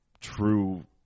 true